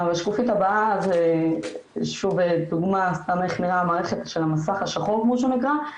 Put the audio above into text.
השקופית הבאה זה שוב דוגמה איך נראית מערכת המסך השחור כפי שהוא נקרא,